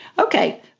okay